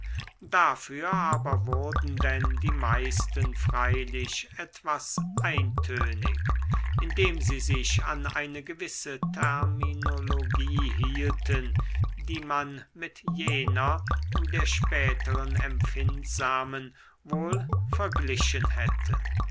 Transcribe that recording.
dafür aber wurden denn die meisten freilich etwas eintönig indem sie sich an eine gewisse terminologie hielten die man mit jener der späteren empfindsamen wohl verglichen hätte